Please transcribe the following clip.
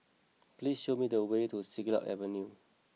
please show me the way to Siglap Avenue